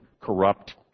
corrupt